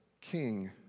king